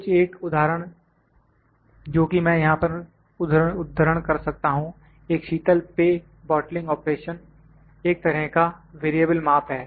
कुछ एक उदाहरण जो कि मैं यहां पर उद्धरण कर सकता हूं एक शीतल पेय बॉटलिंग ऑपरेशन एक तरह का वेरिएबल माप है